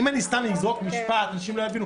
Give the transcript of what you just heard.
אם אני סתם אזרוק מספר, אנשים לא יבינו.